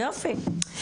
יופי.